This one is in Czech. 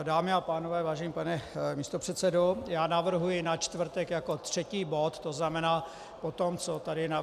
Dámy a pánové, vážený pane místopředsedo, navrhuji na čtvrtek jako třetí bod, tzn. po tom, co tady navrhoval